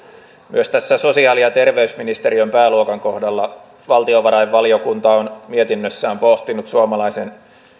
myös tässä sosiaali ja terveysministeriön pääluokan kohdalla valtiovarainvaliokunta on mietinnössään pohtinut suomalaisen